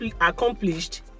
accomplished